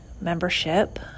membership